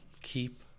Keep